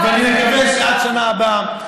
ואני מקווה שעד לשנה הבאה,